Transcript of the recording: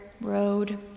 road